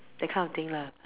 that kind of thing lah